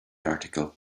article